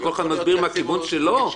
אבל יש דברים שזועקים לשמיים.